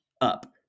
up